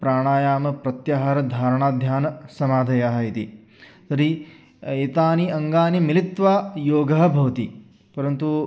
प्राणायामप्रत्याहारधारणाध्यानसमाधयः इति तर्हि एतानि अङ्गानि मिलित्वा योगः भवति परन्तु